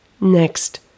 Next